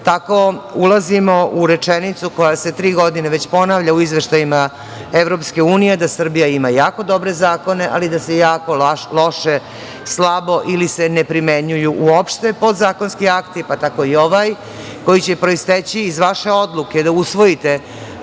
tako ulazimo u rečenicu koja se tri godine već ponavlja u izveštajima EU - Srbija ima jako dobre zakone, ali da se jako loše, slabo ili se ne primenjuju uopšte, podzakonski akti, pa tako i ovaj, koji će proisteći iz vaše odluke da usvojite